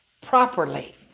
properly